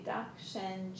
Dakshin